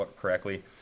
correctly